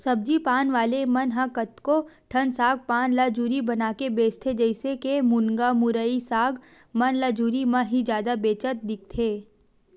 सब्जी पान वाले मन ह कतको ठन साग पान ल जुरी बनाके बेंचथे, जइसे के मुनगा, मुरई, साग मन ल जुरी म ही जादा बेंचत दिखथे